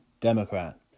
Democrat